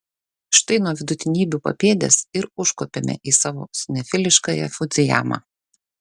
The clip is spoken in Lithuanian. štai nuo vidutinybių papėdės ir užkopėme į savo sinefiliškąją fudzijamą